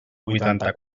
vuitanta